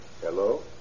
Hello